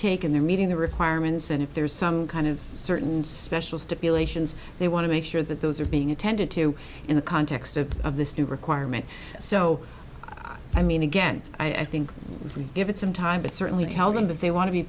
take and they're meeting the requirements and if there's some kind of certain special stipulations they want to make sure that those are being attended to in the context of this new requirement so i mean again i think we give it some time but certainly tell them if they want to be